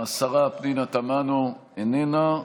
השרה פנינה תמנו, איננה.